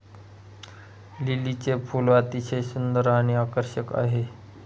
लिलीचे फूल अतिशय सुंदर आणि आकर्षक आहे